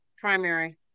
primary